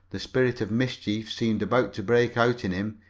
the spirit of mischief seemed about to break out in him,